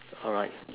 alright